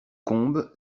combes